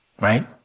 right